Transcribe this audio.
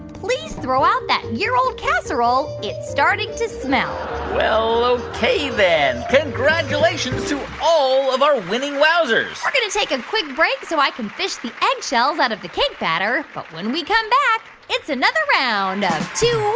please throw out that year-old casserole. it's starting to smell well, ok then. congratulations to all of our winning wowzers we're going to take a quick break so i can fish the eggshells out of the cake batter, but when we come back, it's another round of two